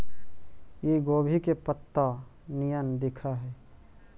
इ गोभी के पतत्ता निअन दिखऽ हइ